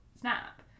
Snap